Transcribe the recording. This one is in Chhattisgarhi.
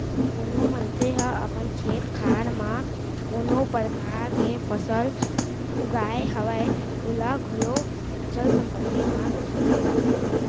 कोनो मनसे ह अपन खेत खार म कोनो परकार के फसल उगाय हवय ओला घलौ अचल संपत्ति म गिने जाथे